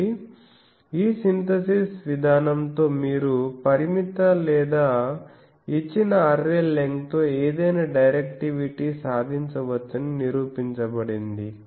కాబట్టి ఈ సింథసిస్ విధానంతో మీరు పరిమిత లేదా ఇచ్చిన అర్రే లెంగ్త్ తో ఏదైనా డైరెక్టివిటీ సాధించవచ్చని నిరూపించబడింది